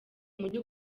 umujyi